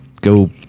go